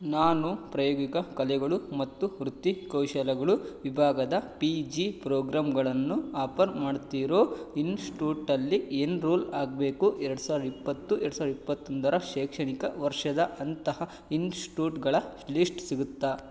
ನಾನು ಪ್ರಾಯೋಗಿಕ ಕಲೆಗಳು ಮತ್ತು ವೃತ್ತಿಕೌಶಲ್ಯಗಳು ವಿಭಾಗದ ಪಿ ಜಿ ಪ್ರೋಗ್ರಾಂಗಳನ್ನು ಆಪರ್ ಮಾಡ್ತಿರೋ ಇನ್ಸ್ಟೂಟಲ್ಲಿ ಎನ್ರೋಲ್ ಆಗಬೇಕು ಎರಡು ಸಾವಿರದ ಇಪ್ಪತ್ತು ಎರಡು ಸಾವಿರದ ಇಪ್ಪತ್ತೊಂದರ ಶೈಕ್ಷಣಿಕ ವರ್ಷದ ಅಂತಹ ಇನ್ಸ್ಟೂಟ್ಗಳ ಲಿಸ್ಟ್ ಸಿಗತ್ತಾ